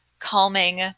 calming